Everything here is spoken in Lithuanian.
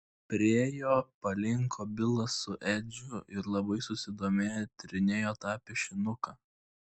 priėjo palinko bilas su edžiu ir labai susidomėję tyrinėjo tą piešinuką